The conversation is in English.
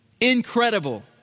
Incredible